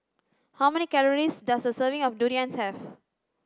how many calories does a serving of durian have